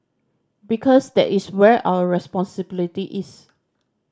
because that is where our responsibility is